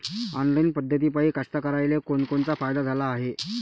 Online पद्धतीपायी कास्तकाराइले कोनकोनचा फायदा झाला हाये?